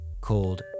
called